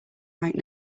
right